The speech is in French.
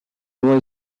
loi